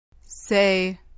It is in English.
Say